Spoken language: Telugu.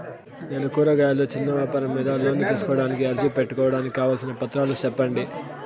నేను కూరగాయలు చిన్న వ్యాపారం మీద లోను తీసుకోడానికి అర్జీ పెట్టుకోవడానికి కావాల్సిన పత్రాలు సెప్పండి?